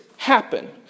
Happen